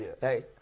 Hey